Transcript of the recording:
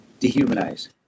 Dehumanize